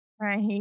right